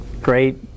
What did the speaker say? great